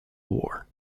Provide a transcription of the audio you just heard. war